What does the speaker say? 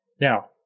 Now